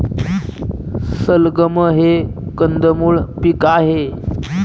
सलगम हे कंदमुळ पीक आहे